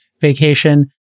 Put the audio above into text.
vacation